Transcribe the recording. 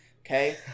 Okay